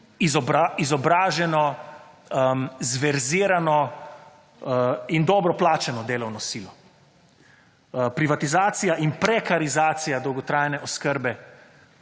izobraženo, »zverzirano« in dobro plačano delovno silo. Privatizacija in prekarizacija dolgotrajne oskrbe